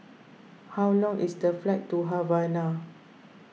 how long is the flight to Havana